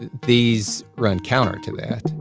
and these run counter to that